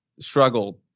struggled